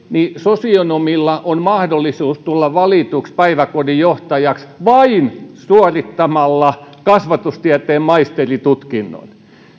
sosionomilla on mahdollisuus tulla valituksi päiväkodin johtajaksi vain suorittamalla kasvatustieteen maisteritutkinnon